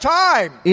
time